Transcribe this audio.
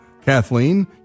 Kathleen